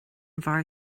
bhfear